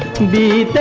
to be